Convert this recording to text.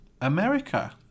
America